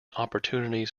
opportunities